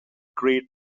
grate